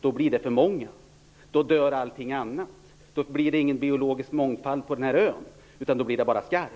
Det blir för många, och då dör allting annat. Då blir det inte någon biologisk mångfald på ön, utan det blir bara skarv.